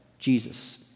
Jesus